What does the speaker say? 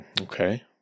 Okay